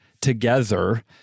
together